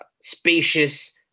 spacious